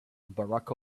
barack